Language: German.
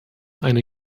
eine